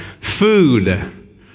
food